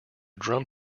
drum